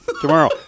Tomorrow